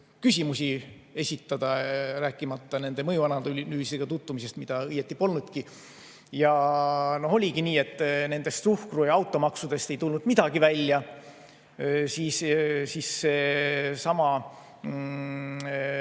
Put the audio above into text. küsimusi esitada, rääkimata nende mõjuanalüüsidega tutvumisest, mida õieti polnudki. Ja oligi nii, et nendest suhkru- ja automaksudest ei tulnud midagi välja. Seesama